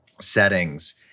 settings